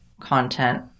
content